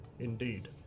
Indeed